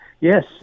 yes